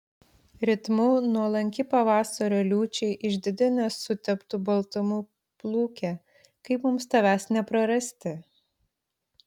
ritmu nuolanki pavasario liūčiai išdidi nesuteptu baltumu pluke kaip mums tavęs neprarasti